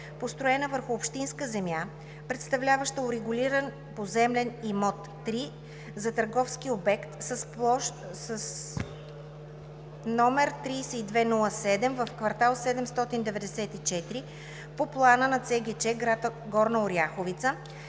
построена върху общинска земя, представляваща урегулиран поземлен имот III – за търговски обект, с пл. № 3207 в квартал 794 по плана на ЦГЧ, гр. Горна Оряховица,